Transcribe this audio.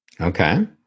Okay